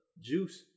juice